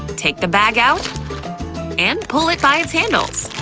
take the bag out and pull it by its handles.